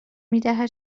میدهد